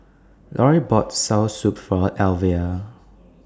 Laurie bought Soursop For Elvia